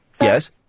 Yes